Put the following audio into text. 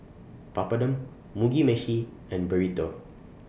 Papadum Mugi Meshi and Burrito